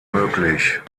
möglich